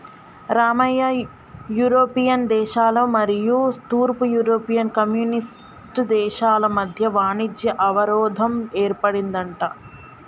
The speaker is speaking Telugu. రామయ్య యూరోపియన్ దేశాల మరియు తూర్పు యూరోపియన్ కమ్యూనిస్ట్ దేశాల మధ్య వాణిజ్య అవరోధం ఏర్పడిందంట